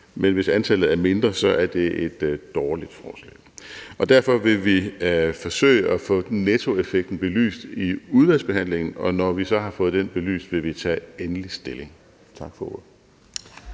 Men hvis antallet er mindre, så er det et dårligt forslag. Derfor vil vi forsøge at få nettoeffekten belyst i udvalgsbehandlingen, og når vi så har fået den belyst, vil vi tage endelig stilling. Tak for ordet.